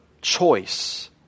choice